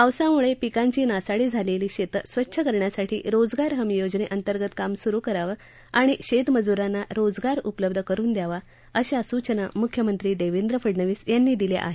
पावसामुळे पिकांची नासडी झालेली शेतं स्वच्छ करण्यासाठी रोजगार हमी योजनेअंतर्गत कामं सुरू करावीत आणि शेतमजुरांना रोजगार उपलब्ध करून द्यावा अशा सुवना मुख्यमंत्री देवेंद्र फडनवीस यांनी दिल्या आहेत